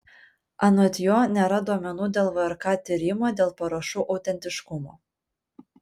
anot jo nėra duomenų dėl vrk tyrimo dėl parašų autentiškumo